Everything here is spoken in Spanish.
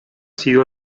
sido